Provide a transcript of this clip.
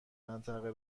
منطقه